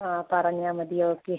ആ പറഞ്ഞാല് മതി ഓക്കെ